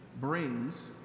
brings